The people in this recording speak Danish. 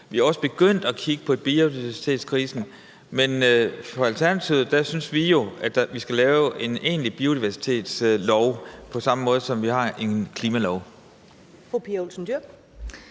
vi er også begyndt at kigge på biodiversitetskrisen. Alternativet synes jo, at vi skal lave en egentlig biodiversitetslov på samme måde, som vi har en klimalov. Kl.